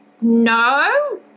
No